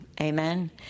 Amen